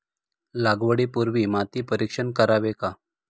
लागवडी पूर्वी माती परीक्षण करावे का?